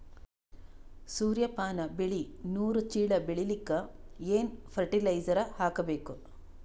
ಸೂರ್ಯಪಾನ ಬೆಳಿ ನೂರು ಚೀಳ ಬೆಳೆಲಿಕ ಏನ ಫರಟಿಲೈಜರ ಹಾಕಬೇಕು?